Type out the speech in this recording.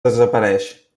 desapareix